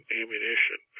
ammunition